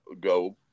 go